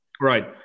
Right